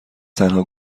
تنها